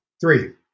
Three